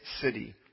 city